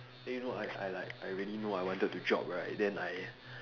then you know I I like I already know I wanted to drop right then I